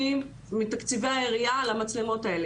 אני אומרת לך שרוב המקרים נופלים על שני דברים: 1. על השחתת מודעה,